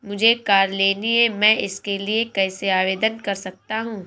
मुझे कार लेनी है मैं इसके लिए कैसे आवेदन कर सकता हूँ?